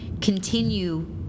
Continue